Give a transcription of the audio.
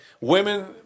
women